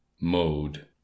mode